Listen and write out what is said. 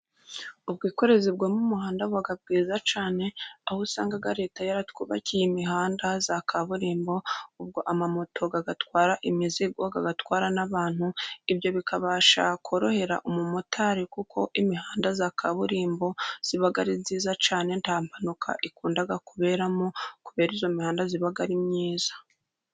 Ubwikorezi bwo mu umuhanda buba bwiza cyane, aho usanga leta yaratwubakiye imihanda ya kaburimbo, ubwo amamoto agatwara imizigo, agatwara n'abantu. Ibyo bikabasha korohera umumotari kuko imihanda ya kaburimbo iba ari myiza cyane, nta mpanuka ikunda kuberamo kubera iyo mihanda iba ari myiza.